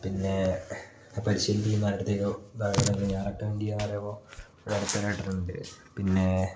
പിന്നെ പരിശീലനം നടത്തുകയോ ഞാൻ റെക്കമെൻ്റ് ചെയ്യാമെന്നു പറയുമ്പം എനിക്ക് പിന്നെ